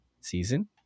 season